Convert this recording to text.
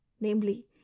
namely